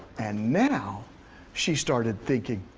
and now she started thinking,